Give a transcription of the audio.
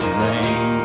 rain